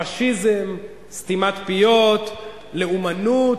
פאשיזם, סתימת פיות, לאומנות,